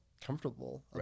comfortable